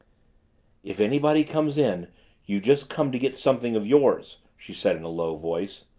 if anybody comes in you've just come to get something of yours, she said in a low voice.